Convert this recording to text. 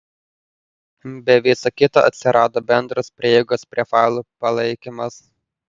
be viso kito atsirado bendros prieigos prie failų palaikymas